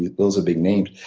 those are big names.